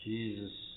Jesus